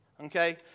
Okay